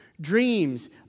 dreams